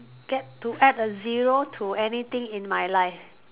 get to add a zero to anything in my life